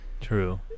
true